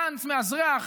גנץ מאזרח